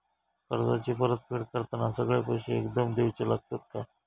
कर्जाची परत फेड करताना सगळे पैसे एकदम देवचे लागतत काय?